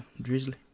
Drizzly